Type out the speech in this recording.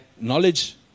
knowledge